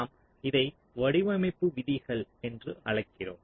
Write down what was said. நாம் இதை வடிவமைப்பு விதிகள் என்று அழைக்கிறோம்